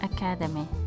Academy